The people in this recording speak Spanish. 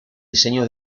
diseño